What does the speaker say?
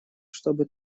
чтобы